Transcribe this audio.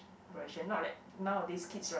version not like nowadays kids right